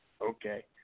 Okay